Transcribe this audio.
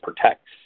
protects